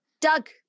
Doug